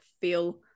feel